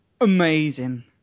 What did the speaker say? Amazing